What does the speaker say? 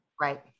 Right